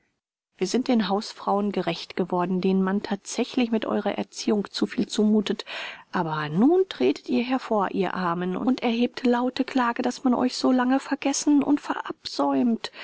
wir sind den hausfrauen gerecht geworden denen man thatsächlich mit eurer erziehung zu viel zumuthet aber nun tretet ihr hervor ihr armen und erhebt laute klage daß man euch so lange vergessen und verabsäumt